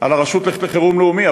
על הרשות לחירום לאומי.